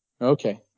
Okay